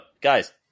guys